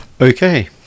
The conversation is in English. okay